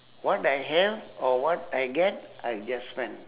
what I have or what I get I just spend